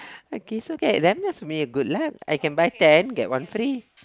okay so then just be a good luck I can buy ten get one free